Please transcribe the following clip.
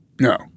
No